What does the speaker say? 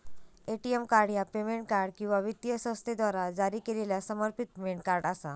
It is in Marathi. ए.टी.एम कार्ड ह्या पेमेंट कार्ड किंवा वित्तीय संस्थेद्वारा जारी केलेला समर्पित पेमेंट कार्ड असा